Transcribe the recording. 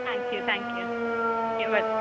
thank you thank you okay